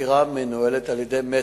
החקירה מנוהלת על-ידי מצ"ח.